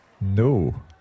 No